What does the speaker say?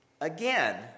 again